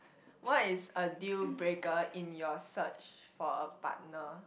what is a deal breaker in your search for a partner